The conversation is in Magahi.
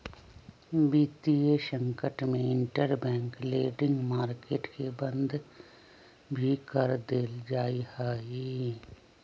वितीय संकट में इंटरबैंक लेंडिंग मार्केट के बंद भी कर देयल जा हई